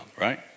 right